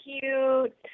cute